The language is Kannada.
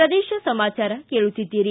ಪ್ರದೇಶ ಸಮಾಚಾರ ಕೇಳುತ್ತೀದ್ದಿರಿ